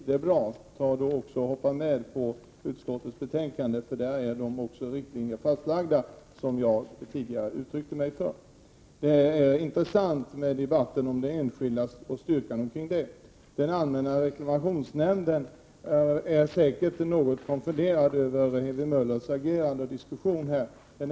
Men hoppa då med på utskottets hemställan! Där är de riktlinjer fastlagda som jag har talat för. Det är intressant med debatten om de enskildas styrka. Allmänna reklamationsnämnden är säkert något konfunderad över Ewy Möllers agerande här.